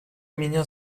меня